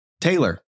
Taylor